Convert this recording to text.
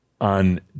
on